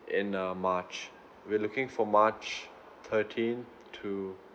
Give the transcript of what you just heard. in uh march we're looking for march thirteen to